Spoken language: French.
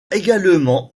également